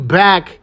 back